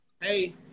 Hey